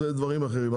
זה דברים אחרים,